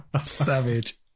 savage